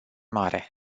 mare